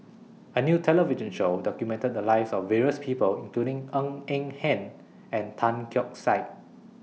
A New television Show documented The Lives of various People including Ng Eng Hen and Tan Keong Saik